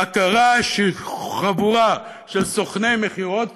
ההכרה שחבורה של סוכני מכירות